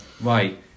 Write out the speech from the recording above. right